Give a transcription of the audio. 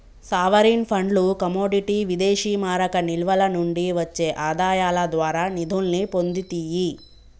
sovereign ఫండ్లు commodity విదేశీమారక నిల్వల నుండి వచ్చే ఆదాయాల ద్వారా నిధుల్ని పొందుతియ్యి